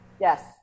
Yes